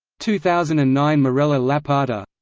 two thousand and nine mirella lapata